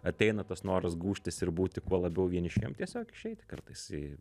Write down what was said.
ateina tas noras gūžtis ir būti kuo labiau vienišiem tiesiog išeiti kartais į